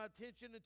attention